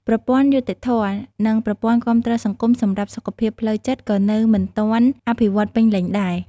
ប្រព័ន្ធយុត្តិធម៌ និងប្រព័ន្ធគាំទ្រសង្គមសម្រាប់សុខភាពផ្លូវចិត្តក៏នៅមិនទាន់អភិវឌ្ឍន៍ពេញលេញដែរ។